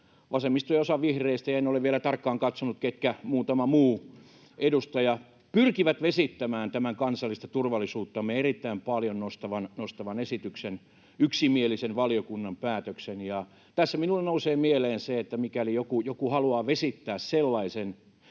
vasemmisto ja osa vihreistä ja — en ole vielä tarkkaan katsonut, ketkä — muutama muu edustaja pyrkivät vesittämään tämän kansallista turvallisuuttamme erittäin paljon nostavan esityksen, yksimielisen valiokunnan päätöksen. Tässä minulle nousee mieleen se, että mikäli joku haluaa vesittää sellaisen,